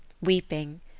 Weeping